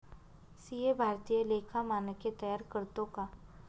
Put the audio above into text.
CA भारतीय लेखा मानके तयार करतो का